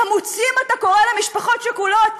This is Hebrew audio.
חמוצים אתה קורא למשפחות שכולות,